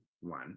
one